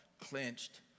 clenched